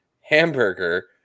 hamburger